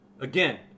again